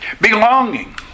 Belonging